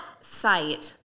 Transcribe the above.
site